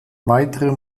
weitere